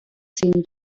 seemed